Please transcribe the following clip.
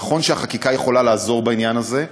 נכון שהחקיקה יכולה לעזור בעניין הזה,